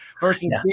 versus